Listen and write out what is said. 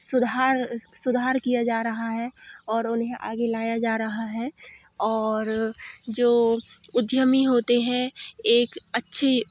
सुधार सुधार किया जा रहा है और उन्हें आगे लाया जा रहा है और जो उद्यमी होते हैं एक अच्छी